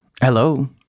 Hello